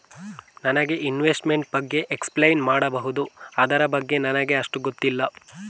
ನನಗೆ ಇನ್ವೆಸ್ಟ್ಮೆಂಟ್ ಬಗ್ಗೆ ಎಕ್ಸ್ಪ್ಲೈನ್ ಮಾಡಬಹುದು, ಅದರ ಬಗ್ಗೆ ನನಗೆ ಅಷ್ಟು ಗೊತ್ತಿಲ್ಲ?